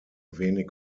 wenig